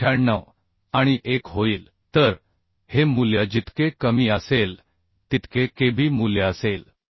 98 आणि 1 होईल तर हे मूल्य जितके कमी असेल तितके kb मूल्य असेल